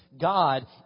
God